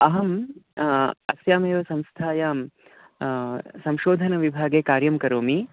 अहं अस्यामेव संस्थायां संशोधनविभागे कार्यं करोमि